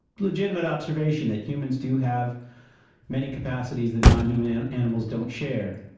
legitimate observation that humans do have many capacities that non-human and animals don't share.